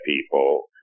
people